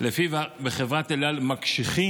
שלפיו בחברת אל על מקשיחים